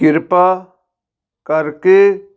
ਕਿਰਪਾ ਕਰਕੇ